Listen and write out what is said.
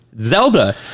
zelda